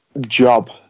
job